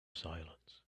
silence